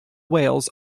wales